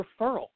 referral